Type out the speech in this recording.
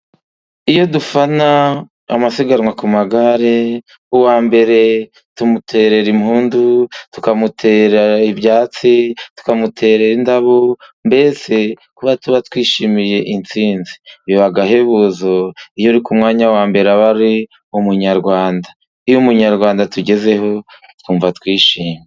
Iyo dufana amasiganwa ku magare, uwa mbere tumuterera impundu, tukamutera ibyatsi ,tukamuterarera indabo ,mbese tuba twishimiye intsinzi. Biba agahebuzo iyo uri ku mwanya wa mbere ari umunyarwanda . Iyo umunyarwanda atugezeho, twumva twishimye.